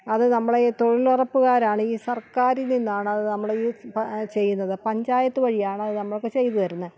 അത് നമ്മളുടെ ഈ തൊഴിലുറപ്പുകാരാണ് ഈ സർക്കാരിൽ നിന്നാണ് അത് നമ്മൾ ഈ പ ചെയ്യുന്നത് പഞ്ചായത്ത് വഴിയാണ് അത് നമുക്ക് ചെയ്ത് തരുന്നത്